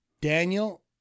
Daniel